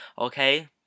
okay